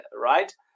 right